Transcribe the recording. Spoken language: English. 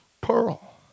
pearl